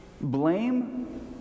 blame